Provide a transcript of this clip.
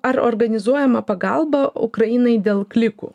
ar organizuojama pagalba ukrainai dėl klikų